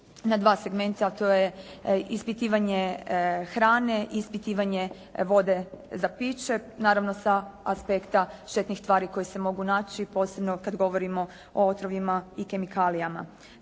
na dva segmenta a to je ispitivanje hrane, ispitivanje vode za piće naravno sa aspekta štetnih tvari koje se mogu naći posebno kad govorimo o otrovima i kemikalijama.